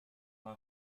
n’en